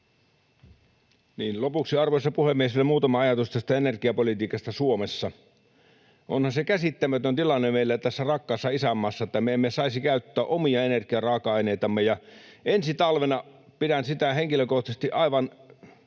Content: Arvoisa puhemies! Lopuksi vielä muutama ajatus tästä energiapolitiikasta Suomessa. Onhan se käsittämätön tilanne meillä tässä rakkaassa isänmaassa, että me emme saisi käyttää omia energiaraaka-aineitamme. Ensi talvena — pidän sitä henkilökohtaisesti aivan